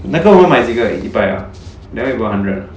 那个我买几个一百 ah you want me put one hundred